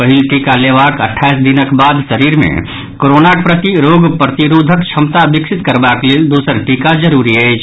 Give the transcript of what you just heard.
पहिल टीका लेबाक अठाईस दिनक बाद शरीर मे कोरोनाक प्रति रोग प्रतिरोधक क्षमता विकसित करबाक लेल दोसर टीका जरूरी अछि